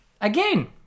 again